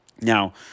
Now